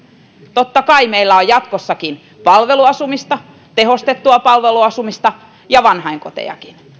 totta kai meillä on jatkossakin palveluasumista tehostettua palveluasumista ja vanhainkotejakin